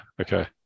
Okay